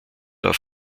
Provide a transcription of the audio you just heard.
auf